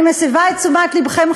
אני מסבה את תשומת לבכם,